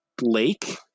lake